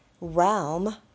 realm